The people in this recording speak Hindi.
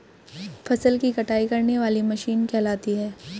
फसल की कटाई करने वाली मशीन कहलाती है?